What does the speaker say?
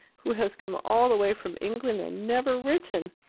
who has come all the way from england and never written.